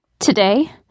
today